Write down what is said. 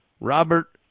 Robert